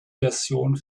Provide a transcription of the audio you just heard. version